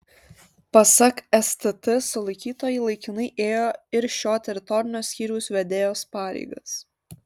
pasak stt sulaikytoji laikinai ėjo ir šio teritorinio skyriaus vedėjos pareigas